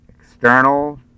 external